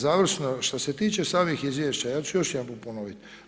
Završno, što se tiče samih izvješća, ja ću još jedanput ponoviti.